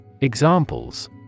Examples